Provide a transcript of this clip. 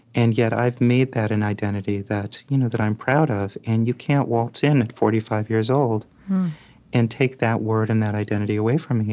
and yet i've made that an identity that you know that i'm proud of. and you can't waltz in at forty five years old and take that word and that identity away from me.